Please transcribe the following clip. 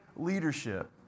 leadership